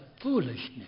foolishness